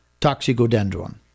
toxicodendron